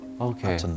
Okay